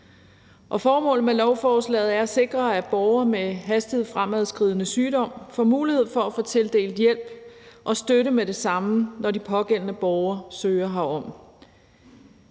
formålet med lovforslaget er at sikre, at borgere med hastigt fremadskridende sygdom får mulighed for at få tildelt hjælp og støtte med det samme, når de pågældende borgere søger herom.